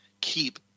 keep